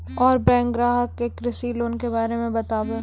और बैंक ग्राहक के कृषि लोन के बारे मे बातेबे?